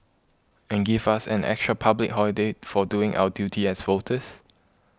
and give us an extra public holiday for doing our duty as voters